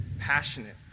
passionate